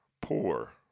poor